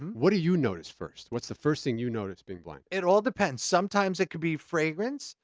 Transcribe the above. what do you notice first? what's the first thing you notice, being blind? it all depends. sometimes it could be fragrance.